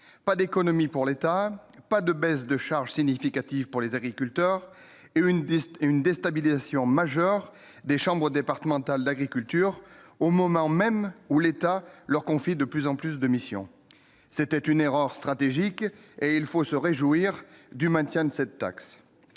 pas d'économies pour l'État : pas de baisse de charges significatives pour les agriculteurs et une dizaine et une déstabilisation majeure des chambres départementales d'agriculture au moment même où l'État leur confient de plus en plus de missions, c'était une erreur stratégique et il faut se réjouir du maintien de cette taxe